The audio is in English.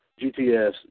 GTS